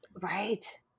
Right